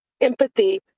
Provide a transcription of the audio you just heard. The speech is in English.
empathy